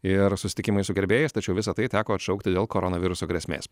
ir susitikimai su gerbėjais tačiau visa tai teko atšaukti dėl koronaviruso grėsmės